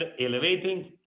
elevating